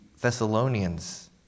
Thessalonians